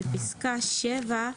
בפסקה (7),